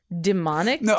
demonic